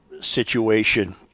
situation